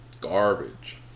garbage